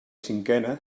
cinquena